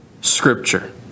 Scripture